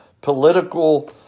political